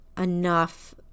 enough